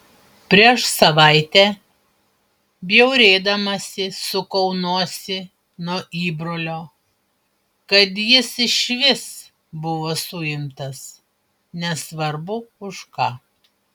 prieš savaitę bjaurėdamasi sukau nosį nuo įbrolio kad jis išvis buvo suimtas nesvarbu už ką